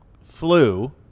flu